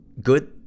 good